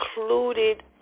included